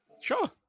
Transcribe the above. sure